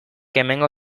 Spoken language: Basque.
hemengo